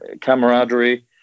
camaraderie